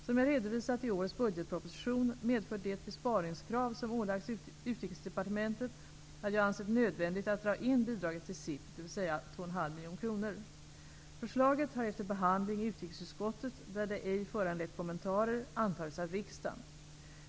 Som jag redovisat i årets budgetproposition, medför det besparingskrav som ålagts Utrikesdepartementet att jag ansett det nödvändigt att dra in bidraget till SIP, dvs. 2,52 miljoner kronor. Förslaget har efter behandling i utrikesutskottet, där det ej föranlett kommentarer, antagits av riksdagen.